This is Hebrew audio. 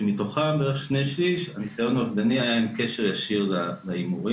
מתוכם אצל בערך שני שליש הניסיון האובדני היה עם קשר ישיר להימורים.